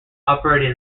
operated